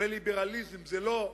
וליברליזם זה לא.